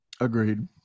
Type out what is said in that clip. Agreed